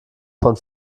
von